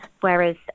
Whereas